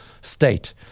state